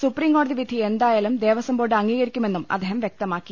സുപ്രീംകോടതിവിധി എന്തായാലും ദേവസംബോർഡ് അംഗീകരിക്കുമെന്നും അദ്ദേഹം വ്യക്ത മാക്കി